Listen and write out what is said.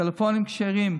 טלפונים כשרים,